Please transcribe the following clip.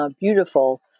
Beautiful